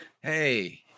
hey